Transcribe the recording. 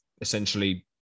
essentially